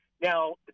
Now